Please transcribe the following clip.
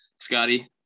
Scotty